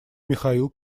михаил